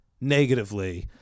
negatively